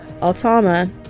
Altama